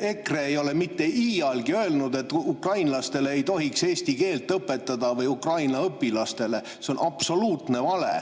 EKRE ei ole mitte iialgi öelnud, et ukrainlastele ei tohiks eesti keelt õpetada või Ukraina õpilastele. See on absoluutne vale.